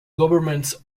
governments